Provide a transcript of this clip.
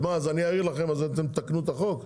מה, אני אעיר לכם אז אתם תתקנו את החוק?